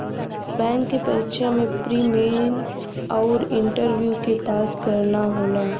bank क परीक्षा में प्री, मेन आउर इंटरव्यू के पास करना होला